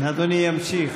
כן, אדוני ימשיך.